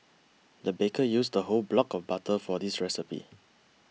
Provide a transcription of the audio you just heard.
the baker used a whole block of butter for this recipe